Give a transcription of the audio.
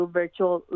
virtual